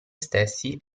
stessi